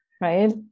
right